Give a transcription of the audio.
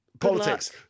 Politics